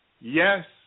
Yes